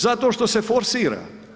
Zato što se forsira.